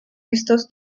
estos